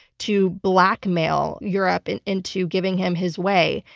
to blackmail europe and into giving him his way.